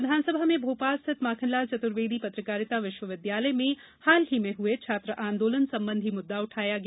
आज विधानसभा में भोपाल स्थित माखनलाल चतुर्वेदी पत्रकारिता विश्वविद्यालय में हाल ही में हए छात्र आंदोलन संबंधी मुददा उठाया गया